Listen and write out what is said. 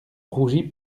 rougit